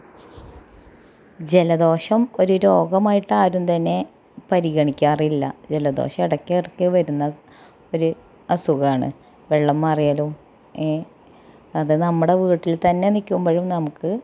ജലദോഷം ഒര് രോഗമായിട്ട് ആരും തന്നെ പരിഗണിക്കാറില്ല ജലദോഷം ഇടയ്ക്കിടയ്ക്ക് വരുന്ന സ് ഒര് അസുഖമാണ് വെള്ളം മാറിയാലും അത് നമ്മുടെ വീട്ടില് തന്നെ നിൽക്കുമ്പഴും നമുക്ക്